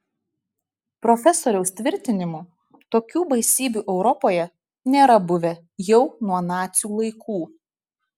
profesoriaus tvirtinimu tokių baisybių europoje nėra buvę jau nuo nacių laikų